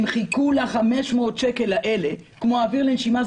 חיכו ל-500 שקל האלה כמו אוויר לנשימה.